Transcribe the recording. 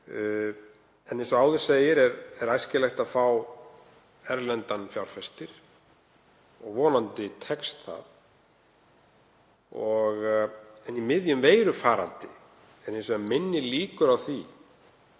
En eins og áður segir er æskilegt að fá erlendan fjárfesti og vonandi tekst það. Í miðjum faraldri eru hins vegar minni líkur á því